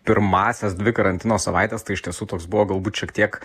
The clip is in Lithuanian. pirmąsias dvi karantino savaites tai iš tiesų toks buvo galbūt šiek tiek